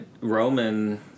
Roman